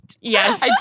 Yes